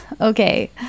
okay